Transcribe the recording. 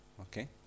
okay